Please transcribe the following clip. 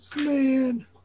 Man